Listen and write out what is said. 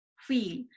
feel